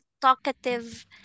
talkative